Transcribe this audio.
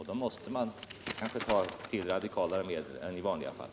Då måste man kanske ta till radikalare medel än i vanliga fall.